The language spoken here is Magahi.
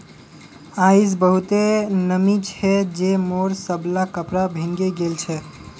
आइज बहुते नमी छै जे मोर सबला कपड़ा भींगे गेल छ